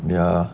ya